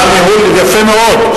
היה ניהול יפה מאוד.